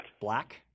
Black